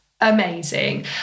amazing